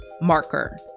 marker